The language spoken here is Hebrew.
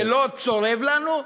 זה לא צורב לנו?